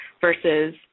versus